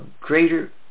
greater